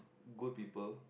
good people